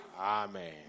Amen